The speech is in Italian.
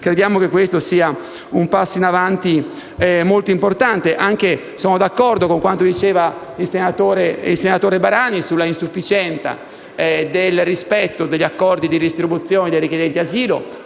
crediamo che questo sia un passo in avanti molto importante. Sono d'accordo con quanto diceva il senatore Barani sull'insufficiente rispetto degli accordi di distribuzione dei richiedenti asilo.